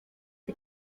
the